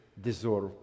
deserve